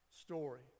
story